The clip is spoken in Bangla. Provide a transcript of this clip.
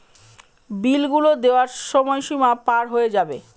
বিল গুলো দেওয়ার সময় সীমা পার হয়ে যাবে